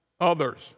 others